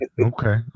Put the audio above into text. okay